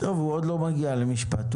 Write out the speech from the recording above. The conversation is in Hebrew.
הוא עוד לא מגיע למשפט.